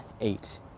eight